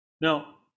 Now